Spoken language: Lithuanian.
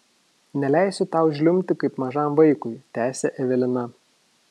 neleisiu tau žliumbti kaip mažam vaikui tęsė evelina